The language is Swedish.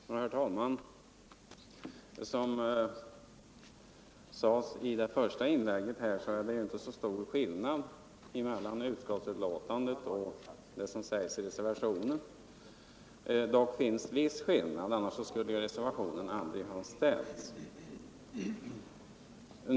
Herr talman! Såsom herr Romanus sade i det första inlägget är det inte så stor skillnad mellan utskottsbetänkandet och det som anförs i reservationen. Dock finns det en viss skillnad — annars skulle reservationen aldrig ha blivit skriven.